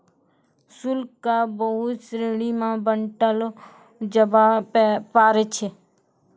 शुल्क क बहुत श्रेणी म बांटलो जाबअ पारै छै